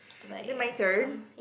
is it my turn